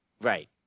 Right